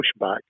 pushback